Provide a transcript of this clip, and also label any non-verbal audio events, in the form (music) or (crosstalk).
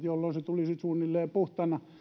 (unintelligible) jolloin se tulisi suunnilleen puhtaana